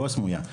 לא הסמויה,